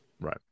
right